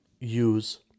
use